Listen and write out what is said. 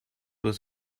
was